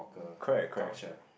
correct correct